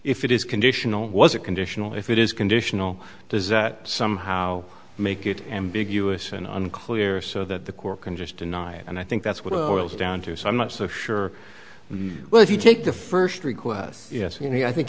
if it is conditional was a conditional if it is conditional does that somehow make it ambiguous and unclear so that the court can just deny it and i think that's what it was down to so i'm not so sure well if you take the first requests yes